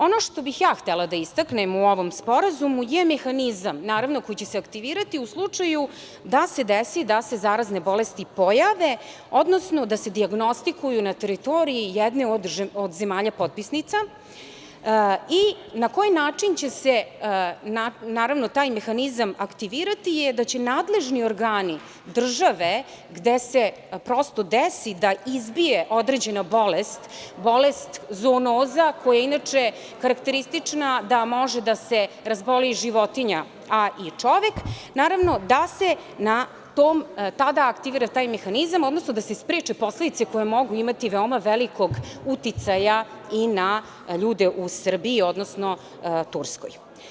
Ono što bih ja htela da istaknem u ovom sporazumu je mehanizam koji će se aktivirati u slučaju da se desi da se zarazne bolesti pojave, odnosno da se dijagnostikuju na teritoriji jedne od zemalja potpisnica i na koji način će se naravno taj mehanizam aktivirati je da će nadležni organi države gde se prosto desi da izbije određena bolest, bolest zoonoza, koja je inače karakteristična da može da se razboli životinja, a i čovek, naravno da se na tom tada aktivira taj mehanizam, odnosno da se spreče posledice koje mogu imati veoma velikog uticaja i na ljude u Srbiji, odnosno Turskoj.